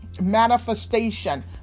manifestation